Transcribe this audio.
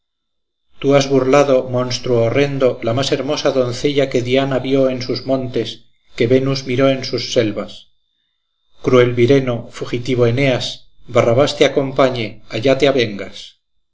tú has burlado monstruo horrendo la más hermosa doncella que dana vio en sus montes que venus miró en sus selvas cruel vireno fugitivo eneas barrabás te acompañe allá te avengas